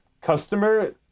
customer